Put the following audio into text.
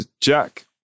jack